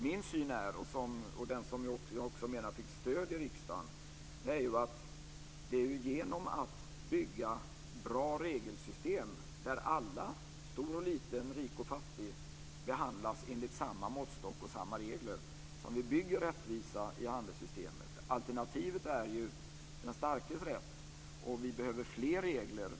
Min syn, som jag också menar fick stöd i riksdagen, är att rättvisa i handelssystemet bygger vi genom att ha bra regelsystem där alla, stor och liten, rik och fattig, behandlas enligt samma måttstock och samma regler. Alternativet är ju den starkes rätt. Vi behöver fler regler.